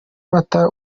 mata